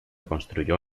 construyó